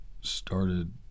started